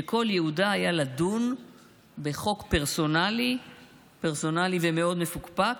שכל ייעודה היה לדון בחוק פרסונלי מאוד מפוקפק,